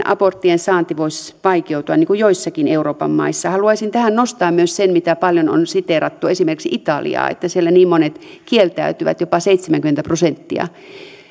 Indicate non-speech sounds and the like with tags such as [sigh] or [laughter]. [unintelligible] aborttien saanti voisi vaikeutua niin kuin joissakin euroopan maissa haluaisin tähän nostaa esimerkiksi myös sen mitä paljon on siteerattu italian että siellä niin monet kieltäytyvät jopa seitsemänkymmentä prosenttia